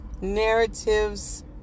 Narratives